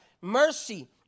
mercy